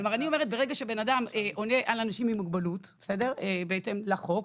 ברגע שאדם עונה על ההגדרה של "אנשים עם מוגבלות" בהתאם לחוק,